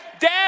Dad